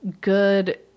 good